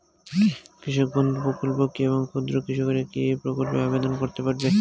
কৃষক বন্ধু প্রকল্প কী এবং ক্ষুদ্র কৃষকেরা কী এই প্রকল্পে আবেদন করতে পারবে?